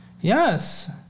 Yes